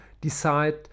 decide